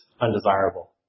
undesirable